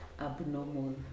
abnormal